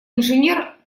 инженер